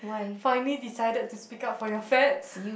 finally decided to speak up for your fats